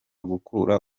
gukura